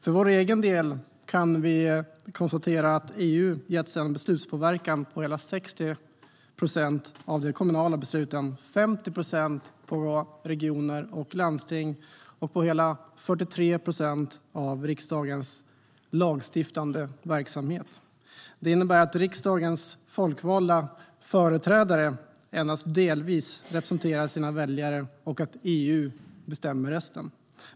För vår egen del kan vi konstatera att EU har getts en beslutspåverkan på hela 60 procent av de kommunala besluten, 50 procent av besluten i regioner och landsting och hela 43 procent av riksdagens lagstiftande verksamhet. Det innebär att riksdagens folkvalda företrädare endast delvis representerar sina väljare och att EU bestämmer resten.